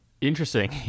Interesting